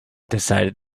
decided